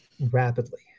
rapidly